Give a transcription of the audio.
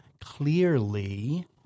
clearly